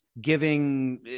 giving